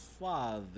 father